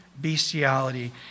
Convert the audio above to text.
bestiality